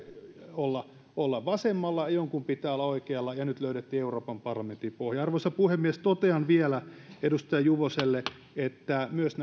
olla olla vasemmalla ja jonkun pitää olla oikealla ja nyt löydettiin euroopan parlamentin pohja arvoisa puhemies totean vielä edustaja juvoselle että myös